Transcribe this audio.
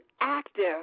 active